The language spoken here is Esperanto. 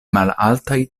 malaltaj